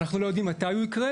אבל אנחנו לא יודעים מתי הוא יקרה,